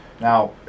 Now